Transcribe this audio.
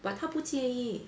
but 他不介意